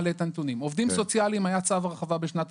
עובדים סוציאליים היה צו הרחבה בשנת